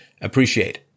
appreciate